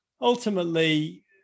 ultimately